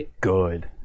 good